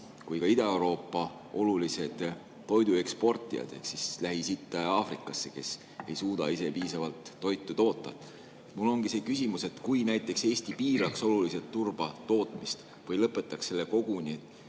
kui ka Ida-Euroopa, oluline toidueksportija Lähis-Itta ja Aafrikasse, kes ei suuda ise piisavalt toitu toota. Mul ongi see küsimus, et kui näiteks Eesti piiraks oluliselt turbatootmist või koguni lõpetaks selle, millega